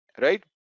right